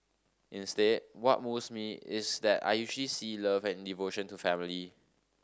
instead what moves me is that I usually see love and devotion to family